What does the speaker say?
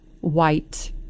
white